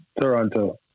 Toronto